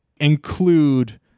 include